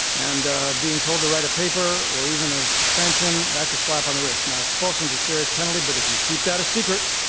and being told to write a paper or even a suspension, that's a slap on the wrist. now, expulsion is a serious penalty. but if you keep that a secret,